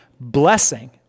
blessing